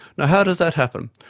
now how does that happen?